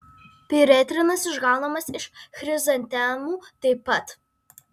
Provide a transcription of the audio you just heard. piretrinas išgaunamas iš chrizantemų taip pat